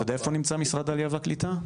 אתה יודע איפה נמצא משרד העלייה והקליטה?